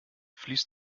fließt